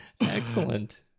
Excellent